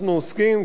אנחנו עוסקים,